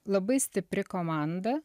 labai stipri komanda